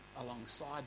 alongside